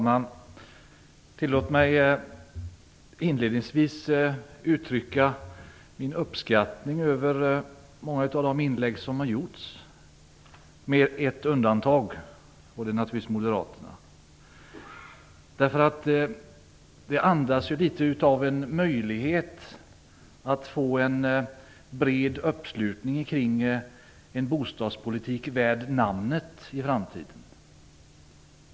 Herr talman! Låt mig inledningsvis uttrycka min uppskattning över många av de inlägg som gjorts, dock med ett undantag, nämligen moderaternas. De andas något av en möjlighet att få en bred uppslutning kring en bostadspolitik värd namnet.